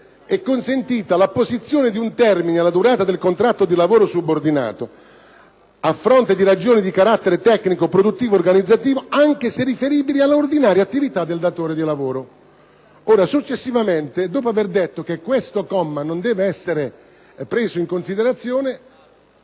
è consentita l'apposizione di un termine alla durata del contratto di lavoro subordinato, a fronte di ragioni di carattere tecnico-produttivo-organizzativo, anche se riferibili all'ordinaria attività del datore di lavoro. Dopo aver detto che questo comma non deve essere preso in considerazione,